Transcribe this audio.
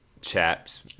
chaps